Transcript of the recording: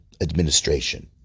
Administration